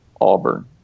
Auburn